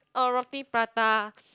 a Roti-Prata